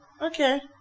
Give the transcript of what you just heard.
Okay